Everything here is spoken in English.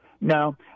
No